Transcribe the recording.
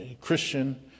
Christian